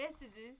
messages